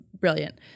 brilliant